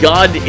God